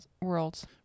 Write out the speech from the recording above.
worlds